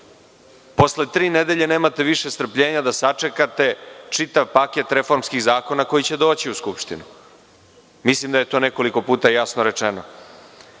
Posle tri nedelje nemate više strpljenja da sačekate čitav paket reformskih zakona koji će doći u Skupštinu. Mislim da je to nekoliko puta jasno rečeno.